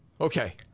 Okay